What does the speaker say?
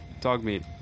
Dogmeat